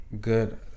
good